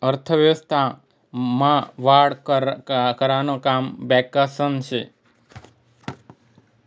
अर्थव्यवस्था मा वाढ करानं काम बॅकासनं से